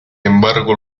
embargo